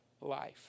Life